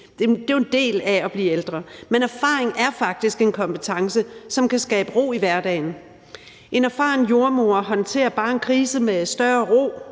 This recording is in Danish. Det er jo en del af det at blive ældre. Men erfaring er faktisk en kompetence, som kan skabe ro i hverdagen. En erfaren jordemoder håndterer bare en krise med større ro